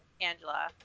Angela